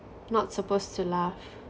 not supposed to laugh